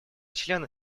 члены